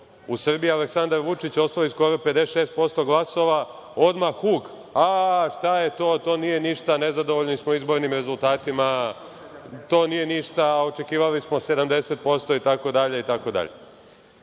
U Srbiji Aleksandar Vučić osvoji skoro 56% glasova, odmah huk – a, šta je to, to nije ništa, nezadovoljni smo izbornim rezultatima, to nije ništa, očekivali smo 70% itd.